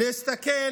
להסתכל